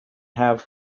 have